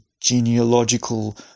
genealogical